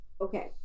okay